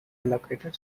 allocated